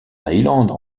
thaïlande